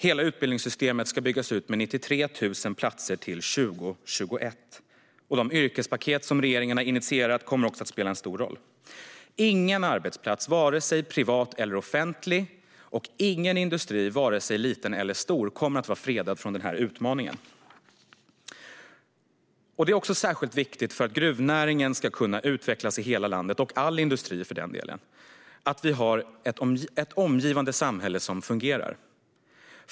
Hela utbildningssystemet ska byggas ut med 93 000 platser till 2021. De yrkespaket som regeringen har initierat kommer också att spela en stor roll. Ingen arbetsplats, vare sig privat eller offentlig, och ingen industri, vare sig liten eller stor, kommer att vara fredad från denna utmaning. För att gruvnäringen och industrin ska kunna utvecklas i hela landet är det viktigt att det finns ett omgivande samhälle som fungerar.